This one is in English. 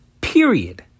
period